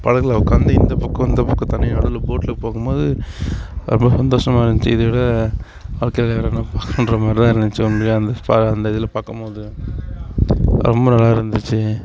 படகில் உட்காந்து இந்தப்பக்கம் அந்தப்பக்கம் தண்ணி நடுவில் போட்ல போகும் போது ரொம்ப சந்தோஷமாக இருந்துச்சு இதை விட வாழ்க்கையில வேற என்ன அப்படின்ற மாதிரி தான் இருந்துச்சு உண்மையிலேயே அந்த அந்த இதில் பார்க்கும்மோது ரொம்ப நல்லா இருந்துச்சு